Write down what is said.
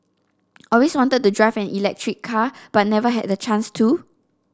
always wanted to drive an electric car but never had the chance to